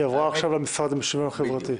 היא עברה עכשיו למשרד לשוויון חברתי.